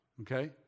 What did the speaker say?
Okay